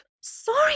sorry